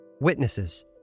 Witnesses